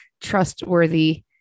trustworthy